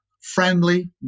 friendly